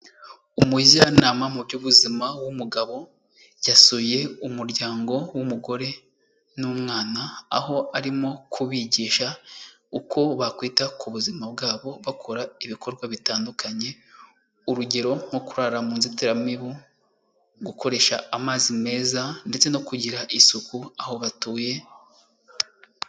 Umujyanama mu by'ubuzima w'umugabo, yasuye umuryango w'umugore n'umwana, aho arimo kubigisha, uko bakwita ku buzima bwabo, bakora ibikorwa bitandukanye, urugero nko kurara mu nzitiramibu, gukoresha amazi meza ndetse no kugira isuku aho batuye.